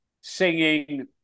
singing